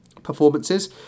performances